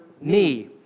knee